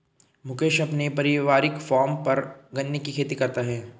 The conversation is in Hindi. मुकेश अपने पारिवारिक फॉर्म पर गन्ने की खेती करता है